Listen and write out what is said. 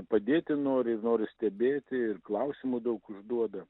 padėti nori ir nori stebėti ir klausimų daug užduoda